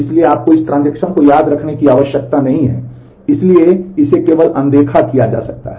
इसलिए आपको इस ट्रांजेक्शन को याद रखने की आवश्यकता नहीं है इसलिए इसे केवल अनदेखा किया जा सकता है